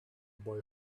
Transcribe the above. boy